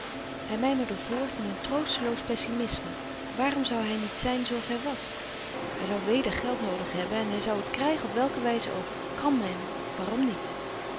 hij mijmerde voort in een troosteloos pessimisme waarom zou hij niet zijn zooals hij was hij zou weder geld noodig hebben en hij zou het krijgen op welke wijze ook quand même waarom niet